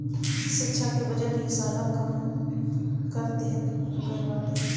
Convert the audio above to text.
शिक्षा के बजट इ साल कम कर देहल गईल बाटे